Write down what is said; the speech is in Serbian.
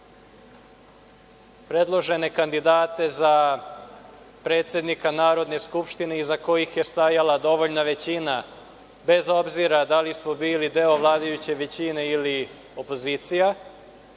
predložene kandidate za predsednika Narodne skupštine iza kojih je stajala dovoljna većina, bez obzira da li smo bili deo vladajuće većine ili opozicija. Što